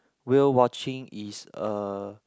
whale watching is a